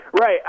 Right